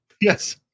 Yes